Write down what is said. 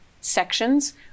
sections